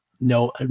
No